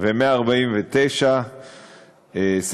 ו-149(3)